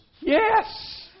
yes